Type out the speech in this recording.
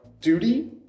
duty